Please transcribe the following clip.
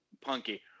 punky